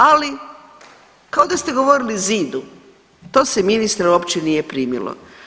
Ali kao da ste govorili zidu, to se ministra uopće nije primilo.